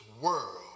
world